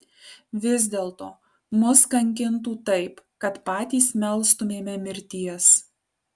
vis dėlto mus kankintų taip kad patys melstumėme mirties